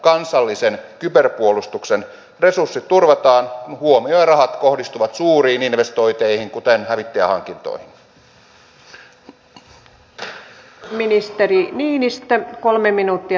kokonaiskustannusten kannalta on ensisijaista että turvapaikkaprosessi on riittävän resursoitu ja että se on toimiva